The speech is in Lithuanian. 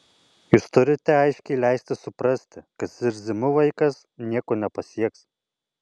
jūs turite aiškiai leisti suprasti kad zirzimu vaikas nieko nepasieks